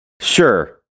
Sure